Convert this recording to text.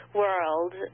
world